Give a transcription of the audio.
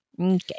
Okay